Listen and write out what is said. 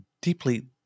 deeply